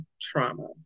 trauma